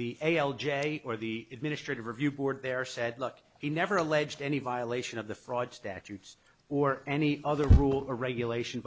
the a l j or the administrative review board there said look he never alleged any violation of the fraud statutes or any other rule or regulation